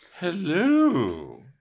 hello